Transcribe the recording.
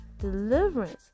deliverance